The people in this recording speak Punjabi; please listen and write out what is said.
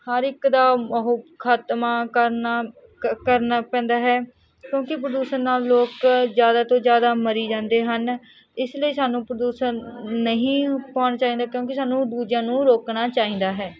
ਹਰ ਇੱਕ ਦਾ ਉੁਹ ਖਾਤਮਾ ਕਰਨਾ ਕਰਨਾ ਪੈਂਦਾ ਹੈ ਕਿਉਂਕਿ ਪ੍ਰਦੂਸ਼ਣ ਨਾਲ ਲੋਕ ਜ਼ਿਆਦਾ ਤੋਂ ਜ਼ਿਆਦਾ ਮਰੀ ਜਾਂਦੇ ਹਨ ਇਸ ਲਈ ਸਾਨੂੰ ਪ੍ਰਦੂਸ਼ਣ ਨਹੀਂ ਪਾਉਣਾ ਚਾਹੀਦਾ ਕਿਉਂਕਿ ਸਾਨੂੰ ਦੂਜਿਆਂ ਨੂੰ ਰੋਕਣਾ ਚਾਹੀਦਾ ਹੈ